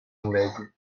anglaise